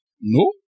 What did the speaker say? No